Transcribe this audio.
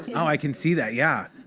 i can see that, yeah.